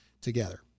together